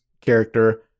character